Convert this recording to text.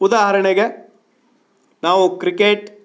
ಉದಾಹರಣೆಗೆ ನಾವು ಕ್ರಿಕೆಟ್